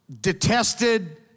detested